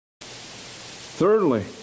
thirdly